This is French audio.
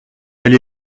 elle